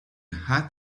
hat